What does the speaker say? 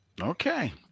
Okay